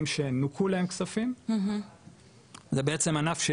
זה בעצם ענף שיש בו גם באופן יחסי,